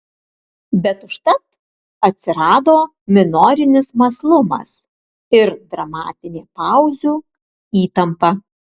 bet užtat atsirado minorinis mąslumas ir dramatinė pauzių įtampa